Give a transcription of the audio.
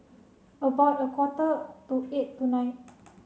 about a quarter to eight tonight